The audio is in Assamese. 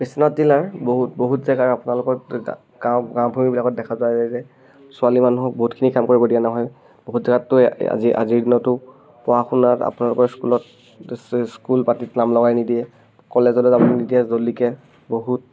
বিশ্বনাথ জিলাৰ বহুত বহুত জেগাৰ আপোনালোকত গাঁও গাঁও ভূঁইবিলাকত দেখা যায় যে ছোৱালী মানুহক বহুতখিনি কাম কৰিব দিয়া নহয় বহুত জেগাতো আজিৰ দিনতো পঢ়া শুনাত আপোনালোকৰ স্কুলত স্কুল পাতিত নাম লগাই নিদিয়ে কলেজলে যাব নিদিয়ে জলদিকে বহুত